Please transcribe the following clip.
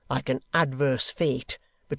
like an adverse fate,